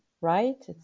right